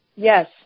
Yes